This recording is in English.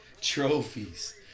Trophies